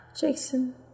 Jason